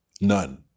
None